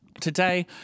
Today